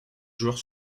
joueurs